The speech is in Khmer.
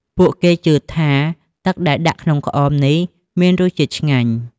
ពួកគេជឿថាទឹកដែលដាក់ក្នុងក្អមនេះមានរសជាតិឆ្ងាញ់។